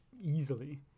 easily